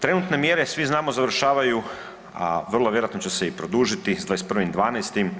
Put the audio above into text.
Trenutne mjere svi znamo završavaju, a vrlo vjerojatno će se i produžiti, s 21. 12.